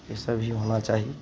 ईसब भी होना चाही